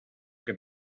que